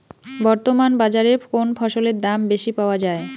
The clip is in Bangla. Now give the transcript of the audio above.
বর্তমান বাজারে কোন ফসলের দাম বেশি পাওয়া য়ায়?